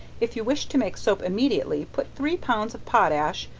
if you wish to make soap immediately put three pounds of potash,